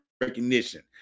recognition